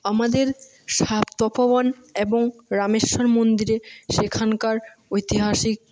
আমাদের তপোবন এবং রামেশ্বর মন্দিরে সেখানকার ঐতিহাসিক